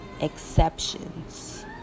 exceptions